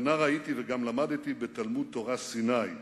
"נער הייתי וגם למדתי בתלמוד-תורה 'סיני',